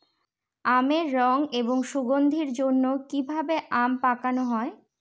আমের রং এবং সুগন্ধির জন্য কি ভাবে আম পাকানো হয়?